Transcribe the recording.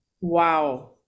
Wow